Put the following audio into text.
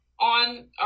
on